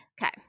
Okay